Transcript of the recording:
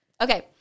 Okay